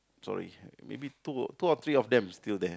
sorry maybe two or two or three of them is still there